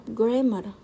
grammar